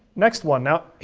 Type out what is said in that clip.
next one. now,